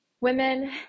women